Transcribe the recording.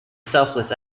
selfless